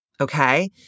okay